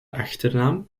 achternaam